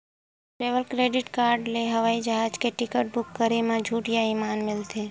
travel credit card ले हवई जहाज के टिकट बूक करे म छूट या इनाम मिलथे